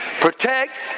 protect